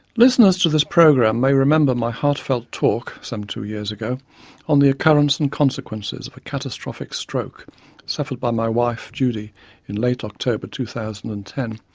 listeners to this program may remember my heartfelt talk some two years ago on the occurrence and consequences of a catastrophic stroke suffered by my wife judy in late october two thousand and ten,